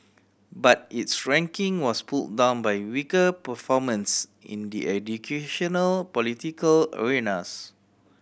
but its ranking was pull down by weaker performance in the educational political arenas